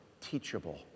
teachable